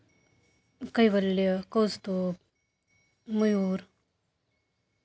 Kaivalya Kaustubh Mayur